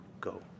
go